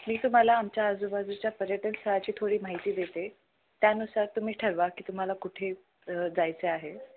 मी तुम्हाला आमच्या आजूबाजूच्या पर्यटन स्थळाची थोडी माहिती देते त्यानुसार तुम्ही ठरवा की तुम्हाला कुठे जायचं आहे